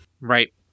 Right